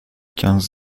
quinze